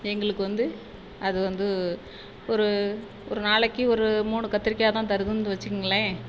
எங்களுக்கு வந்து அது வந்து ஒரு ஒரு நாளைக்கு ஒரு மூணு கத்திரிக்காய் தான் தருதுன்னு வெச்சுங்களேன்